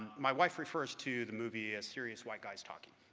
my wife refers to the movie as serious white guys talking,